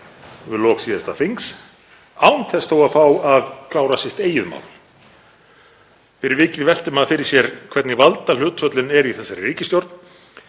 við lok síðasta þings án þess þó að fá að klára sitt eigið mál. Fyrir vikið veltir maður fyrir sér hvernig valdahlutföllin eru í þessari ríkisstjórn